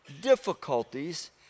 difficulties